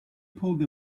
pulled